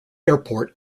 airport